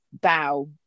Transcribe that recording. bow